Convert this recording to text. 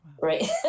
right